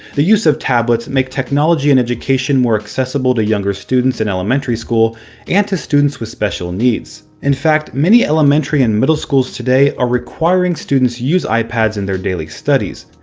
the use of tablets make technology in education more accessible to younger students in elementary school and to students with special needs. in fact, many elementary and middle schools today are requiring students to use ipads in their daily studies.